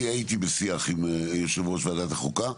אני הייתי בשיח עם יושב ראש ועדת החוקה,